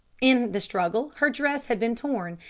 in the struggle her dress had been torn,